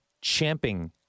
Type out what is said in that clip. champing